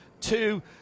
two